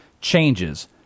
changes